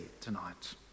tonight